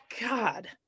God